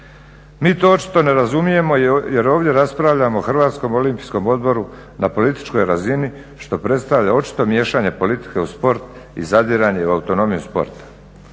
Mi to očito ne razumijemo jer ovdje raspravljamo u Hrvatskom olimpijskom odboru na političkoj razini što predstavlja očito miješanje politike u sport i zadiranje u autonomiju sporta.